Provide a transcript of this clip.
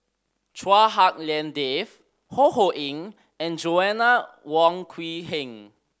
Chua Hak Lien Dave Ho Ho Ying and Joanna Wong Quee Heng